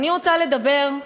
כן,